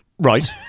right